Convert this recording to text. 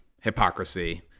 hypocrisy